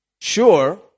sure